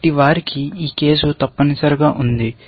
కాబట్టి వారికి ఈ కేసు తప్పనిసరిగా ఉంది